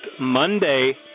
Monday